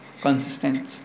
consistent